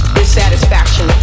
Dissatisfaction